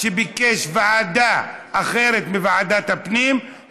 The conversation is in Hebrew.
שביקש ועדה אחרת מוועדת הפנים,